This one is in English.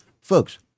folks